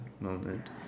moment